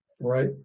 Right